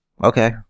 Okay